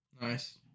Nice